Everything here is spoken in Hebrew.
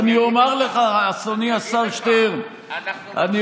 יריב, אנחנו ממשיכים את מה שאתם עשיתם.